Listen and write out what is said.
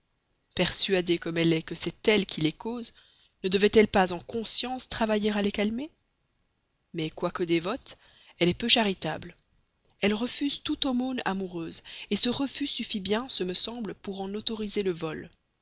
persuadée comme elle est que c'est elle qui les cause ne devrait elle pas en conscience travailler à les calmer mais quoique dévote elle est peu charitable elle refuse toute aumône amoureuse ce refus suffit bien ce me semble pour en autoriser le vol